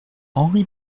henri